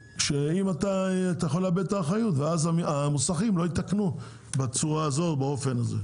ושאפשר לאבד את האחריות ואז המוסכים לא יתקנו באופן הזה.